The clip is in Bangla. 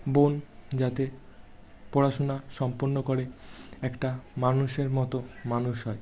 বোন যাতে পড়াশুনা সম্পূর্ণ করে একটা মানুষের মতো মানুষ হয়